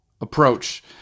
approach